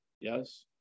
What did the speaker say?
Yes